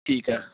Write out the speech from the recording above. ਠੀਕ ਹੈ